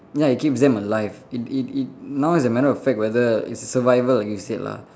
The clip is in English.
ya it keeps them alive it it it now is a matter of fact whether it's survival like you said lah